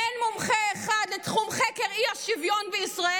אין מומחה אחד לתחום חקר האי-שוויון בישראל,